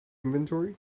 inventory